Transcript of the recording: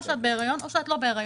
או שאת בהיריון או שאת לא בהיריון,